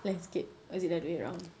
landscape or is it the other way round